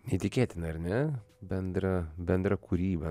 neįtikėtina ar ne bendra bendra kūryba